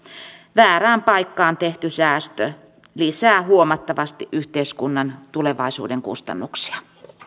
väärään paikkaan tehty säästö lisää huomattavasti yhteiskunnan tulevaisuuden kustannuksia